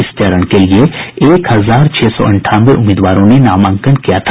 इस चरण के लिये एक हजार छह सौ अंठानवे उम्मीदवारों ने नामांकन किया था